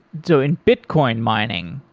so in bitcoin mining,